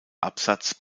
absatz